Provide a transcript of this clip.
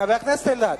חבר הכנסת אגבאריה,